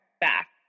back